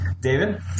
David